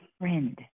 friend